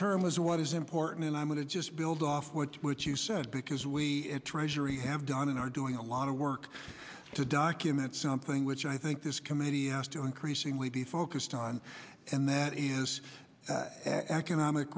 term is what is important and i'm going to just build off what what you said because we treasury have done and are doing a lot of work to document something which i think this committee has to increasingly be focused on and that is economic